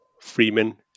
Freeman